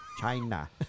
China